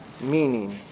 meaning